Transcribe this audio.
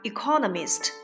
Economist